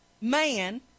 man